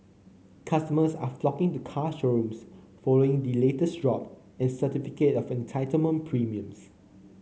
customers are flocking to car showrooms following the latest drop in certificate of entitlement premiums